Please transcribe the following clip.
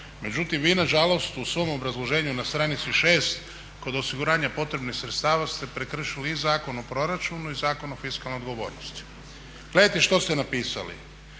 Međutim, vi nažalost u svom obrazloženju na stranici 6. kod osiguranja potrebnih sredstava ste prekršili i Zakon o proračunu i Zakon o fiskalnoj odgovornosti. Gledajte što ste napisali,